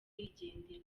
yigendera